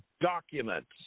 documents